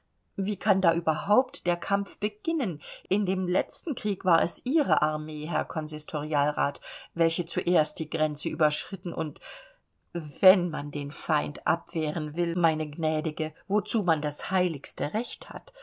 wie kann da überhaupt der kampf beginnen in dem letzten krieg war es ihre armee herr konsistorialrat welche zuerst die grenze überschritt und wenn man den feind abwehren will meine gnädige wozu man das heiligste recht hat